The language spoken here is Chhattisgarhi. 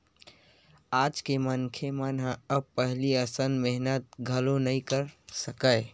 आज के मनखे मन ह अब पहिली असन मेहनत घलो नइ कर सकय